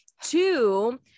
Two